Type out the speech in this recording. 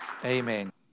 Amen